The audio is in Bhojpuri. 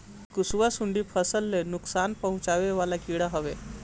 कंसुआ, सुंडी फसल ले नुकसान पहुचावे वाला कीड़ा हवे